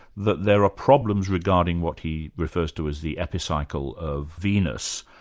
that there are problems regarding what he refers to as the epicycle of venus,